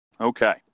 Okay